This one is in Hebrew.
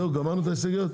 זהו גמרנו את ההסתייגויות?